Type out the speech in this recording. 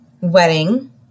wedding